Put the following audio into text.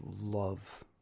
love